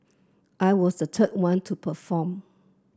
I was the third one to perform